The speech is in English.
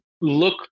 look